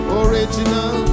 original